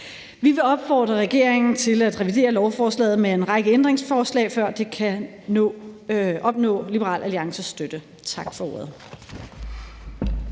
Vi vil opfordre regeringen til at revidere lovforslaget med en række ændringsforslag, før det kan opnå Liberal Alliances støtte. Tak for ordet.